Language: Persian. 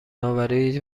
آوری